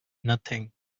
nothing